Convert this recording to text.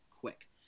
quick